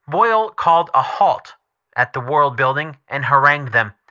boyle called a halt at the world building and harangued them.